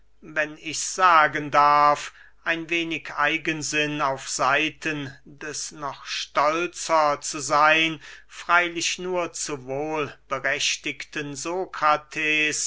wenn ichs sagen darf ein wenig eigensinn auf seiten des noch stolzer zu seyn freylich nur zu wohl berechtigten